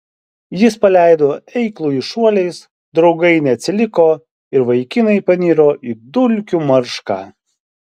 jis paleido eiklųjį šuoliais draugai neatsiliko ir vaikinai paniro į dulkių maršką